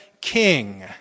King